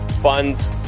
funds